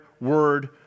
word